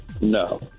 No